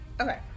Okay